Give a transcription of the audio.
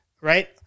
right